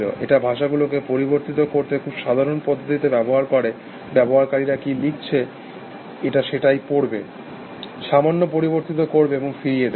এটা ভাষাগুলোকে পরিবর্তিত করতে খুব সাধারণ পদ্ধতি ব্যবহার করে ব্যবহারকারীরা কি লিখেছে এটা সেটাই পড়বে সামান্য পরিবর্তিত করবে এবং ফিরিয়ে দেবে